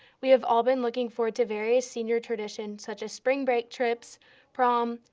we have all been looking forward to various senior traditions such as spring break trips, prom,